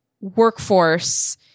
workforce